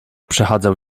przechadzał